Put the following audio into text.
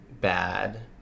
bad